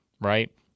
right